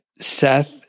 Seth